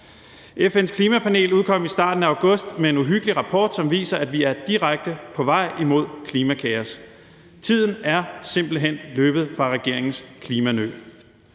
FN's klimapanel udkom i starten af august med en uhyggelig rapport, som viser, at vi er direkte på vej imod klimakaos. Tiden er simpelt hen løbet fra regeringens klimanøl.